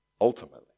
ultimately